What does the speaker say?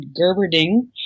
Gerberding